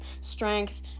strength